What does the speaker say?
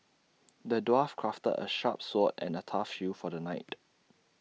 the dwarf crafted A sharp sword and A tough shield for the knight